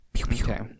Okay